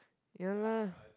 ya lah